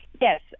Yes